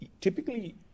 typically